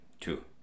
Two